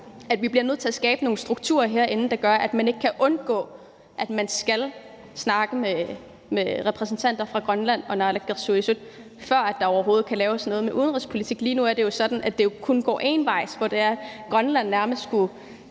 at vi bliver nødt til at skabe nogle strukturer herinde, der gør, at man ikke kan undgå at skulle snakke med repræsentanter for Grønland og naalakkersuisut, før der overhovedet kan laves noget på det udenrigspolitiske område. Lige nu er det jo sådan, at kommunikationen kun går én vej, altså at Grønland nærmest skal